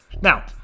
Now